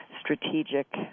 strategic